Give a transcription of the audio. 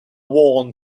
worn